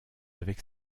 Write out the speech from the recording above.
avec